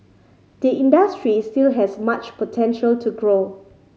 the industry still has much potential to grow